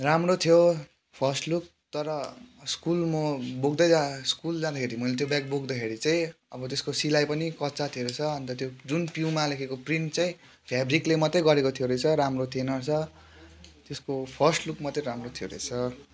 राम्रो थियो first look तर स्कुल म बोक्दै स्कुल जाँदाखेरि मैले त्यो ब्याग बोक्दाखेरि चाहिँ अब त्यसको सिलाई पनि कच्चा थियो रहेछ अन्त जुन प्युमा लेखेको प्रिन्ट चाहिँ फेब्रिकले मात्रै गरेको थियो रहेछ राम्रो थिएन रहेछ त्यसको फर्स्ट लुक मात्र राम्रो थियो रहेछ